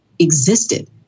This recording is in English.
existed